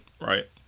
right